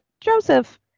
Joseph